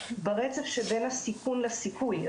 ברצף של בין הסיכון לסיכון,